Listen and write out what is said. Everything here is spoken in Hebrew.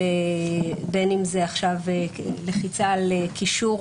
בין אם זה עכשיו לחיצה על קישור,